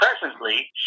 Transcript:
presently